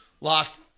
Lost